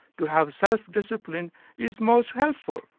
to have self-discipline is most helpful.